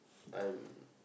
I'm